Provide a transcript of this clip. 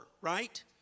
Right